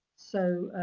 so,